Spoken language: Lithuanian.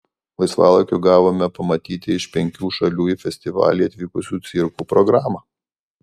laisvalaikiu gavome pamatyti iš penkių šalių į festivalį atvykusių cirkų programą